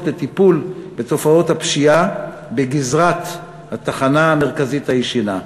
לטיפול בתופעות הפשיעה בגזרת התחנה המרכזית הישנה.